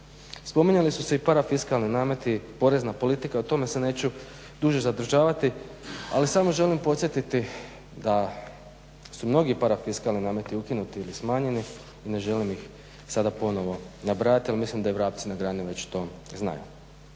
Spominjali su se i parafiskalni nameti, porezna politika, o tome se neću duže zadržavati, ali samo želim podsjetiti da su mnogi parafiskalni nameti ukinuti ili smanjeni, ne želim ih sada ponovo nabrajati, ali mislim da i vrapci na grani već to znaju.